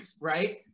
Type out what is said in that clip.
right